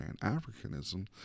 pan-Africanism